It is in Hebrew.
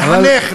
לחנך,